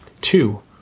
Two